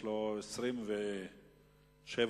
יש לו 27 דקות.